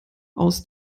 aus